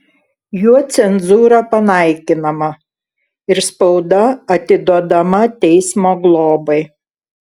juo cenzūra panaikinama ir spauda atiduodama teismo globai